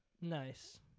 Nice